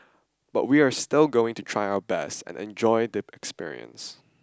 but we're still going to try our best and enjoy the experience